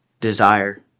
desire